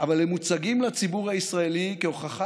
אבל הם מוצגים לציבור הישראלי כהוכחה